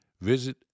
visit